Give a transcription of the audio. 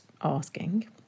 asking